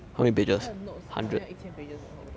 他的 notes 可能要一千 pages liao 差不多 lah